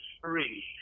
three